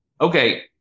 okay